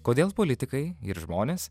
kodėl politikai ir žmonės